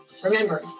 Remember